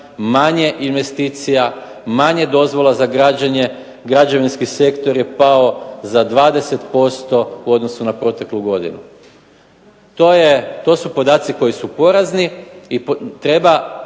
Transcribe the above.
Manje investicija, manje dozvola za građenje, građevinski sektor je pao za 20% u odnosu na proteklu godinu. To su podaci koji su porazni i treba